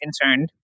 concerned